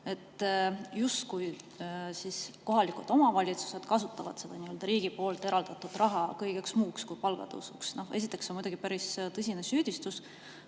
et justkui kohalikud omavalitsused kasutaksid seda riigi eraldatud raha kõigeks muuks kui palgatõusuks. Esiteks on see muidugi päris tõsine süüdistus,